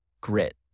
grit